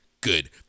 good